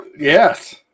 Yes